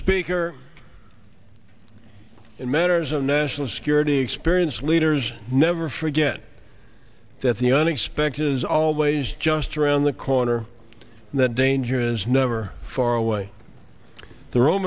speaker in matters of national security experience leaders never forget that the unexpected is always just around the corner and the danger is never far away the